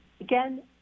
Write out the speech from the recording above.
again